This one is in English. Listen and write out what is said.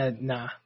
Nah